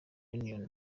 union